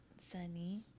Sunny